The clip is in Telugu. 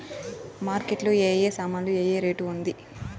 మార్కెట్ లో ఏ ఏ సామాన్లు ఏ ఏ రేటు ఉంది?